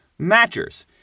matchers